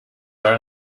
are